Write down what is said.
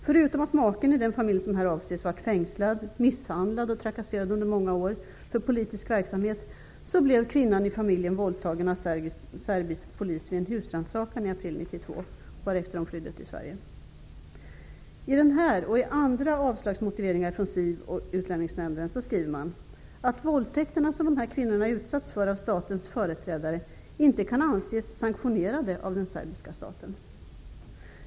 Förutom att maken i den familj som här avses under många år satt fängslad, blev misshandlad och trakasserad för politisk verksamhet blev kvinnan i familjen våldtagen av serbisk polis vid en husrannsakan i april 1992, varefter de flydde till och Utlänningsnämnden skriver man att våldtäkterna som dessa kvinnor har utsatts för av statens företrädare inte kan anses sanktionerade av den serbiska staten.